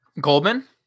Goldman